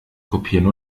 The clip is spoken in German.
kopieren